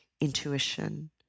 intuition